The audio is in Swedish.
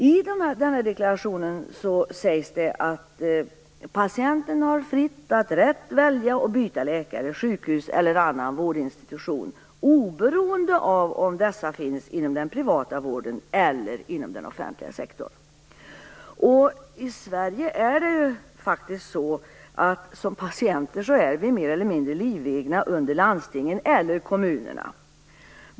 I deklarationen sägs det att patienten har rätt att fritt välja och byta läkare, sjukhus eller annan vårdinstitution oberoende av om dessa finns inom den privata vården eller inom den offentliga sektorn. I Sverige är vi som patienter faktiskt mer eller mindre livegna under landstingen eller kommunerna.